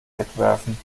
wegwerfen